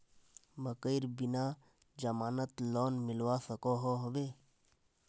मकईर बिना जमानत लोन मिलवा सकोहो होबे?